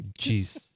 jeez